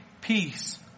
peace